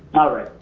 alright.